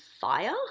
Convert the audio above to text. fire